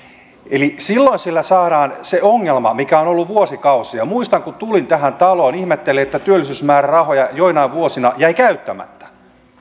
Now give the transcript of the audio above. silloin sillä saadaan ratkaistua se ongelma mikä on ollut vuosikausia muistan että kun tulin tähän taloon ihmettelin että työllisyysmäärärahoja joinain vuosina jäi käyttämättä